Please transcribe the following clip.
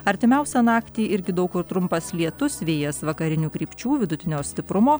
artimiausią naktį irgi daug kur trumpas lietus vėjas vakarinių krypčių vidutinio stiprumo